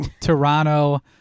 Toronto